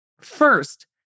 first